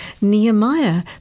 Nehemiah